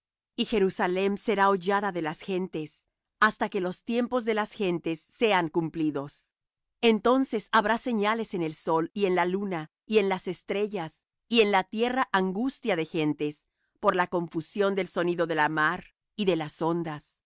y jerusalem será hollada de las gentes hasta que los tiempos de las gentes sean cumplidos entonces habrá señales en el sol y en la luna y en las estrellas y en la tierra angustia de gentes por la confusión del sonido de la mar y de las ondas